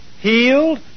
healed